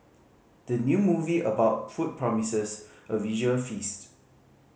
the new movie about food promises a visual feast